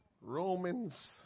Romans